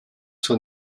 zur